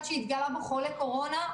שהתגלה בו חולה קורונה,